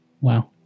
Wow